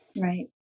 Right